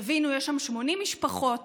תבינו, יש שם 80 משפחות